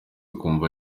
akumva